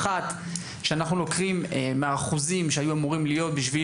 האחת היא שאנחנו לוקחים מהאחוזים שהיו אמורים להיות בשביל